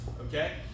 okay